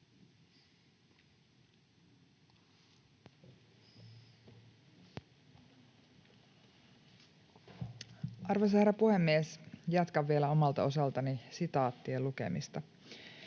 Arvoisa herra puhemies! Jatkan vielä omalta osaltani sitaattien lukemista.